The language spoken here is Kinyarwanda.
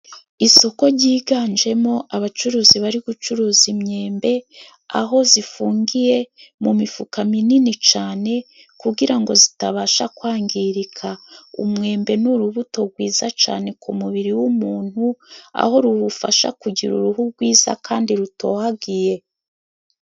Isoko jyiganjemo abacuruzi bari gucuruza imyembe, aho zifungiye mu mifuka minini cane kugira ngo zitabasha kwangirika. Umwembe ni urubuto rwiza cane ku mubiri w'umuntu, aho ruwufasha kugira uruhu gwiza kandi rutohagiye.